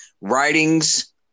writings